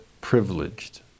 privileged